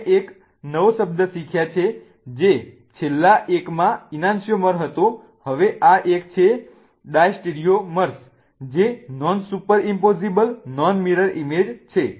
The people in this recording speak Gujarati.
આપણે એક નવો શબ્દ શીખ્યા છે જે છેલ્લા એકમાં ઈનાન્સ્યિઓમર્સ હતો હવે આ એક છે ડાયસ્ટેરિયોમર્સ જે non superimposable non mirror image છે